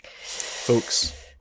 folks